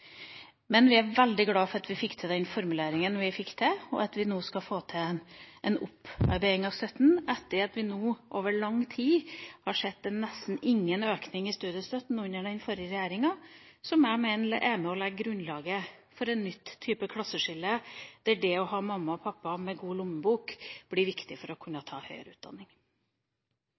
Men vi er veldig glad for den formuleringa vi fikk til, og at vi nå skal få en opparbeiding av støtten, etter at vi har sett at det var nesten ingen økning i studiestøtten under den forrige regjeringa. Det mener jeg er med på å legge grunnlaget for en ny type klasseskille, der det å ha mamma og pappa med god lommebok blir viktig for å kunne ta høyere utdanning.